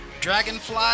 Dragonfly